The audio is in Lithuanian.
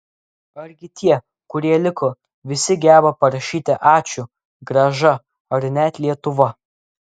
argi tie kurie liko visi geba parašyti ačiū grąža ar net lietuva